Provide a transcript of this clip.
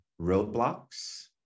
roadblocks